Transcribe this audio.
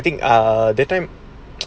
I don't know I think ah that time